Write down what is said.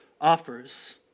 offers